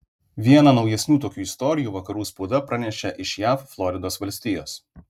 vieną naujesnių tokių istorijų vakarų spauda pranešė iš jav floridos valstijos